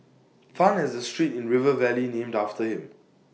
Tan has A street in river valley named after him